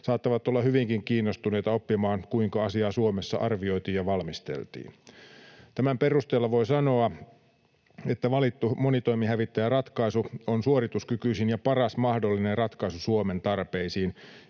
saattavat olla hyvinkin kiinnostuneita oppimaan, kuinka asiaa Suomessa arvioitiin ja valmisteltiin. Tämän perusteella voi sanoa, että valittu monitoimihävittäjäratkaisu on suorituskykyisin ja paras mahdollinen ratkaisu Suomen tarpeisiin.